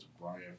Brian